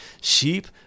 sheep